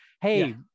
Hey